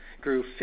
grew